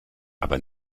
aber